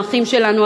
האחים שלנו,